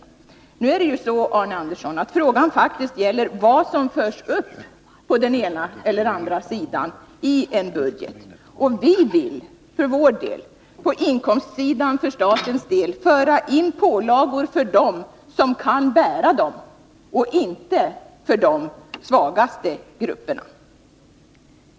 Men frågan gäller faktiskt, Arne Andersson i Gustafs, vad som förs upp på den ena eller andra sidan i en budget. Och vi vill för vår del på inkomstsidan för staten föra in pålagor för dem som kan bära dem och inte för de svagaste grupperna.